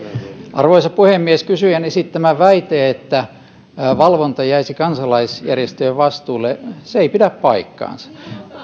arvoisa puhemies kysyjän esittämä väite että valvonta jäisi kansalaisjärjestöjen vastuulle ei pidä paikkaansa